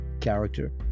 character